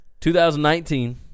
2019